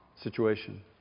situation